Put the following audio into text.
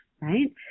right